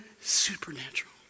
supernatural